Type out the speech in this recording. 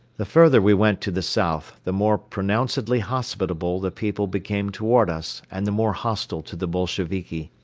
the further we went to the south, the more pronouncedly hospitable the people became toward us and the more hostile to the bolsheviki.